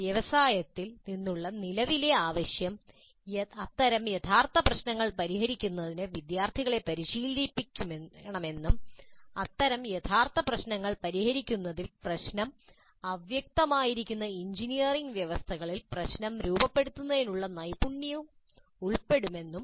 വ്യവസായത്തിൽ നിന്നുള്ള നിലവിലെ ആവശ്യം അത്തരം യാഥാർത്ഥ്യ പ്രശ്നങ്ങൾ പരിഹരിക്കുന്നതിന് വിദ്യാർത്ഥികളെ പരിശീലിപ്പിക്കണമെന്നും അത്തരം യാഥാർത്ഥ്യ പ്രശ്നങ്ങൾ പരിഹരിക്കുന്നതിൽ പ്രശ്നം അവ്യക്തമായിരിക്കുന്ന എഞ്ചിനീയറിംഗ് വ്യവസ്ഥകളിൽ പ്രശ്നം രൂപപ്പെടുത്തുന്നതിനുള്ള നൈപുണ്യവും ഉൾപ്പെടുമെന്നും